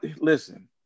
listen